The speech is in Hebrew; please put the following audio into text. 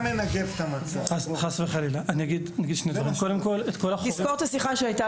אני אגיד שני דברים --- תזכור את השיחה שהייתה